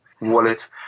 wallet